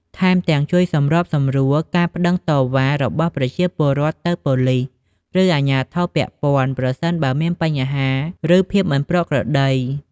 ថែមទាំង ជួយសម្របសម្រួលការប្តឹងតវ៉ារបស់ប្រជាពលរដ្ឋទៅប៉ូលីស ឬអាជ្ញាធរពាក់ព័ន្ធ ប្រសិនបើមានបញ្ហា ឬភាពមិនប្រក្រតី។